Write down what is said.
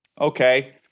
Okay